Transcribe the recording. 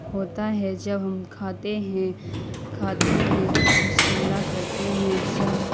ہوتا ہے جب ہم کھاتے ہیں کھاتے ہیں بسم اللہ کرتے ہیں جب